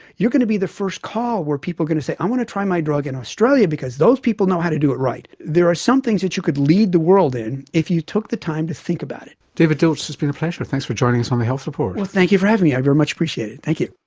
you're going to be the first call where people are going to say i want to try my drug in australia because those people know how to do it right. there are some things that you could lead the world in if you took the time to think about it. david dilts it's been a pleasure. thanks for joining us on the health report. thank you for having me, i very much appreciate it, thank you.